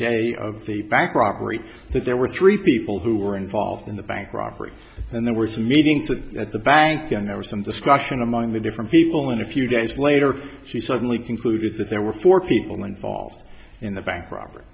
day of the bank robbery that there were three people who were involved in the bank robbery and there were some meetings at the bank then there was some discussion among the different people and a few days later she suddenly concluded that there were four people involved in the bank robber